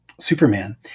superman